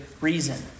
reason